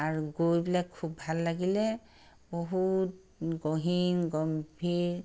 আৰু গৈ পেলাই খুব ভাল লাগিলে বহুত গহীন গম্ভীৰ